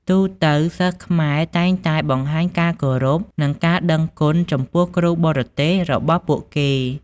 ទូទៅ សិស្សខ្មែរតែងតែបង្ហាញការគោរព និងការដឹងគុណចំពោះគ្រូបរទេសរបស់ពួកគេ។